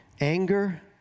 anger